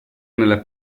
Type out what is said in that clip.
nella